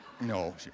no